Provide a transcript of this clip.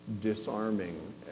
disarming